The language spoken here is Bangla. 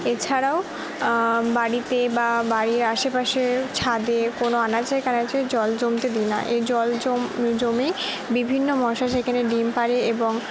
এছাড়াও বাড়িতে বা বাড়ির আশেপাশে ছাদে কোন আনাচে কানাচে জল জমতে দিই না এই জল জমে বিভিন্ন মশা সেখানে ডিম পাড়ে এবং